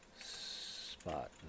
spot